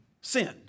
sinned